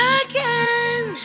again